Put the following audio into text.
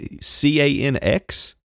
C-A-N-X